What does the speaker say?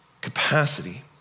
capacity